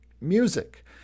music